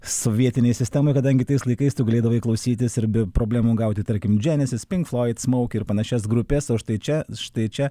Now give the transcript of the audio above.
sovietinėj sistemoj kadangi tais laikais tu galėdavai klausytis ir be problemų gauti tarkim dženesis pink floid smouk ir panašias grupes o štai čia štai čia